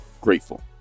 grateful